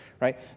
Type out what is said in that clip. Right